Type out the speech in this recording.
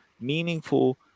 meaningful